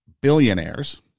billionaires